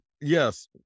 yes